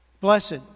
Blessed